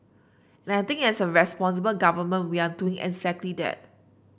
and I think as a responsible government we're doing exactly that